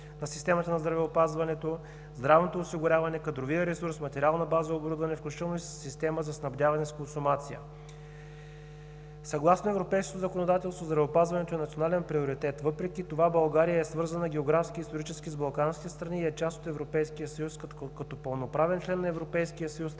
на системата на здравеопазването, здравното осигуряване, кадровия ресурс, материална база и оборудване, включително система за снабдяване с консумативи. Съгласно европейското законодателство здравеопазването е национален приоритет. Въпреки това България е свързана географски и исторически с балканските страни и е част от Европейския съюз. Като пълноправен член на Европейския съюз